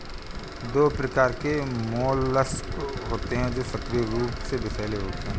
दो प्रकार के मोलस्क होते हैं जो सक्रिय रूप से विषैले होते हैं